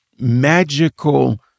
magical